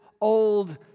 Old